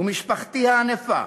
ומשפחתי הענפה